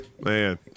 Man